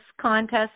contest